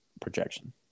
projection